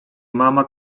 mama